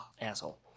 asshole